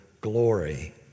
glory